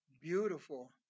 beautiful